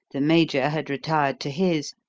the major had retired to his,